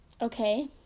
Okay